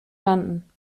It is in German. landen